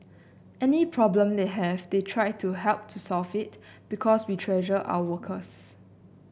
any problem they have they try to help to solve it because we treasure our workers